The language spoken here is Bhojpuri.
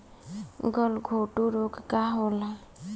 गलघोटू रोग का होला?